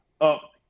up